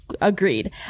agreed